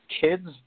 kids